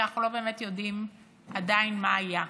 כי אנחנו לא באמת יודעים עדין מה היה.